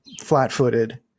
flat-footed